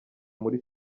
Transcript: muri